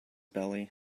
belly